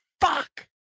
fuck